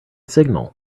signal